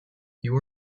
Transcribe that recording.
you